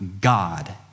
God